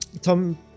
Tom